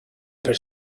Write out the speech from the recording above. per